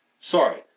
Sorry